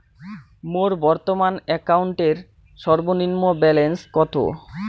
মোর বর্তমান অ্যাকাউন্টের সর্বনিম্ন ব্যালেন্স কত?